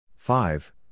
Five